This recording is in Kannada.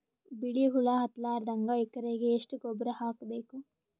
ಬಿಳಿ ಹುಳ ಹತ್ತಲಾರದಂಗ ಎಕರೆಗೆ ಎಷ್ಟು ಗೊಬ್ಬರ ಹಾಕ್ ಬೇಕು?